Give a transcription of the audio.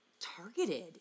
targeted